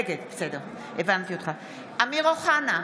נגד אמיר אוחנה,